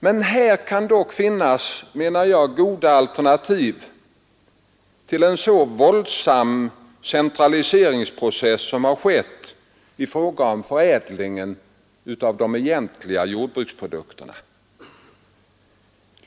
Men här kan dock finnas, menar jag, goda alternativ till en så våldsam centraliseringprocess som skett i fråga om förädlingen av de egentliga jordbruksprodukterna.